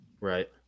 Right